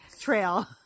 trail